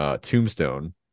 Tombstone